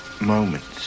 moments